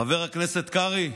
חבר הכנסת קרעי,